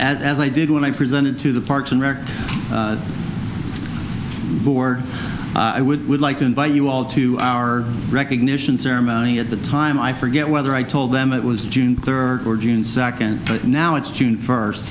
as i did when i presented to the parks and rec board i would like to invite you all to our recognition ceremony at the time i forget whether i told them it was june third or june second now it's june first